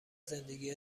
زندگی